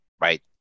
right